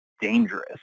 dangerous